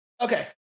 Okay